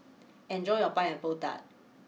enjoy your Pineapple Tart